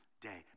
day